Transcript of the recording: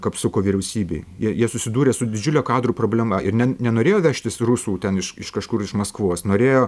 kapsuko vyriausybėj jie jie susidūrė su didžiule kadrų problema ir ne nenorėjo vežtis rusų ten iš iš kažkur iš maskvos norėjo